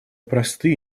просты